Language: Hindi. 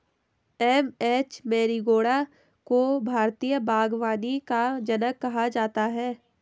एम.एच मैरिगोडा को भारतीय बागवानी का जनक कहा जाता है